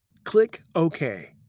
click ok.